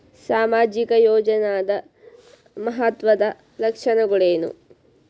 ಸಾಮಾಜಿಕ ಯೋಜನಾದ ಮಹತ್ವದ್ದ ಲಕ್ಷಣಗಳೇನು?